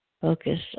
Focus